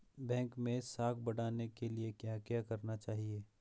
Bank मैं साख बढ़ाने के लिए क्या क्या करना चाहिए?